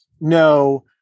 No